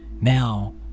now